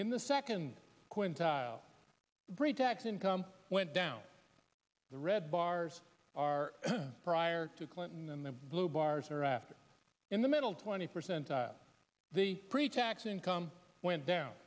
in the second quintile the pretax income went down the red bars are prior to clinton and the blue bars are after in the middle twenty percent of the pretax income went down